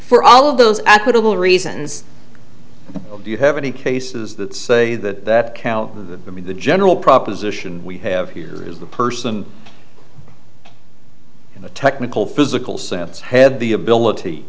for all of those and potable reasons do you have any cases that say that the i mean the general proposition we have here is the person the technical physical sense had the ability